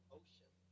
ocean